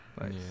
Nice